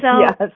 Yes